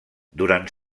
durant